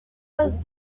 was